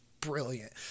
brilliant